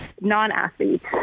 non-athletes